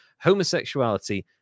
Homosexuality